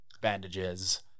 bandages